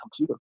computer